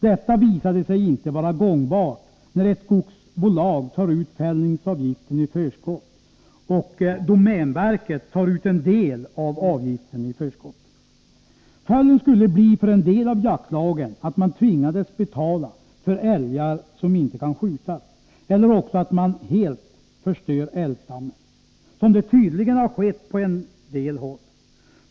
Detta visade sig inte vara gångbart när ett skogsbolag tar ut fällningsavgiften i förskott och domänverket tar ut en del av avgiften i förskott. Följden skulle för en del av jaktlagen bli att man tvingades betala för älgar som inte kan skjutas eller också att man helt förstör älgstammen, som tydligen har skett på en del håll.